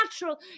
natural